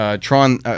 Tron